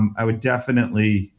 i would definitely,